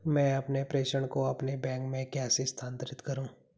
मैं अपने प्रेषण को अपने बैंक में कैसे स्थानांतरित करूँ?